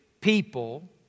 people